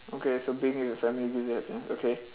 okay so being with the family gives you happiness okay